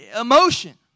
Emotion